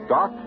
Doc